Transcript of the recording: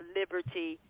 liberty